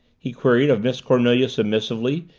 he queried of miss cornelia submissively,